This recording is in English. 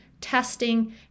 testing